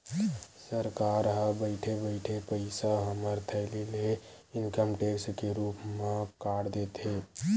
सरकार ह बइठे बइठे पइसा हमर थैली ले इनकम टेक्स के रुप म काट देथे